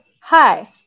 Hi